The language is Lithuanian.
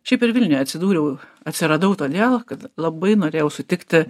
šiaip ir vilniuje atsidūriau atsiradau todėl kad labai norėjau sutikti